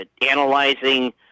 analyzing